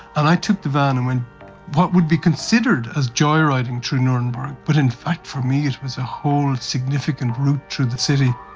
and i took the van and went what would be considered as joyriding through nuremberg, but in fact for me it was a whole significant route through the city.